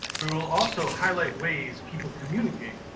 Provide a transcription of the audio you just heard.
but we will also highlight ways people communicate,